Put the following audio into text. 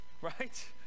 right